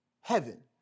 heaven